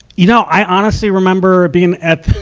you know, i honestly remember being at,